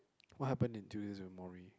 what happen in Tuesdays with Morrie